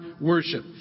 worship